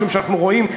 משום שאנחנו רואים,